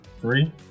Three